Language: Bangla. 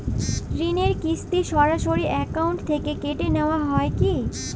ঋণের কিস্তি সরাসরি অ্যাকাউন্ট থেকে কেটে নেওয়া হয় কি?